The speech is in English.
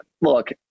look